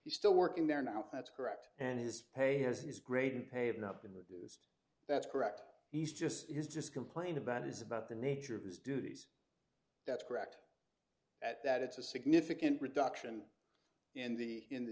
he's still working there now that's correct and his pay has these great unpaid not been reduced that's correct he's just he's just complained about is about the nature of his duties that's correct that it's a significant reduction in the in the